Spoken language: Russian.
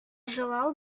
желал